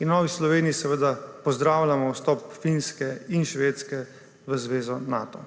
V Novi Sloveniji seveda pozdravljamo vstop Finske in Švedske v zvezo Nato.